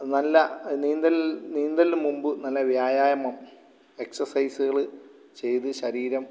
നല്ല നീന്തൽ നീന്തലിനു മുൻപ് നല്ല വ്യായാമം എക്സർസൈസുകൾ ചെയ്ത് ശരീരം